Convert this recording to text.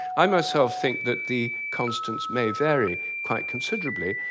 i, myself think that the constants may vary quite considerably.